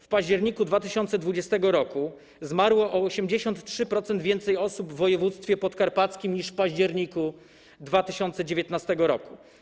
W październiku 2020 r. zmarło o 83% więcej osób w województwie podkarpackim niż w październiku 2019 r.